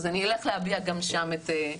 אז אני אלך להביע גם שם את עמדתי.